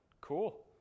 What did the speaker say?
cool